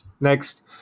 Next